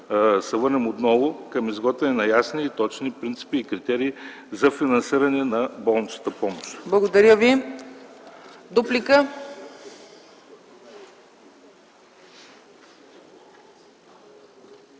се върнем отново към изготвяне на ясни и точни принципи и критерии за финансиране на болничната помощ. ПРЕДСЕДАТЕЛ